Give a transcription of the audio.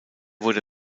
wurde